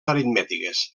aritmètiques